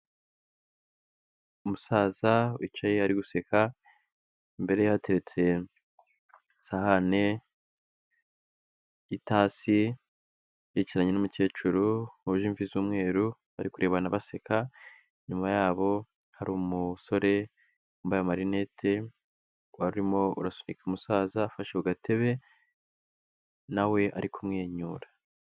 Umusaza wicaye ari guseka imbereye hateretse isahani y'itasi yicaranye n'umukecuru wuje imvi z'umweru bari kurebana baseka, inyuma yabo hari umusore wambaye amarinete wari urimo urasunika umusaza afashe agatebe nawe ari kumwenyura.